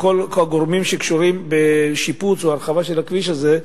או כל הגורמים שקשורים בשיפוץ או ההרחבה של הכביש הזה,